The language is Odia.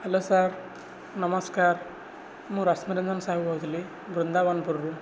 ହ୍ୟାଲୋ ସାର୍ ନମସ୍କାର ମୁଁ ରଶ୍ମୀରଞ୍ଜନ ସାହୁ କହୁଥିଲି ବୃନ୍ଦାବନପୁରରୁ